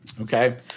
Okay